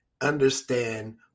understand